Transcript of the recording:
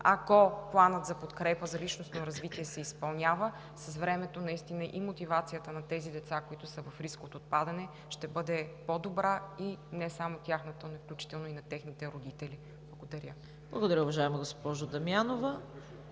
Ако планът за подкрепа на личностно развитие се изпълнява, с времето наистина и мотивацията на тези деца, които са в риск от отпадане, ще бъде по-добра и не само тяхната, но включително и на техните родители. Благодаря. ПРЕДСЕДАТЕЛ ЦВЕТА КАРАЯНЧЕВА: Благодаря, уважаема госпожо Дамянова.